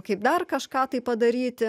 kaip dar kažką tai padaryti